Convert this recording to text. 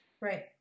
right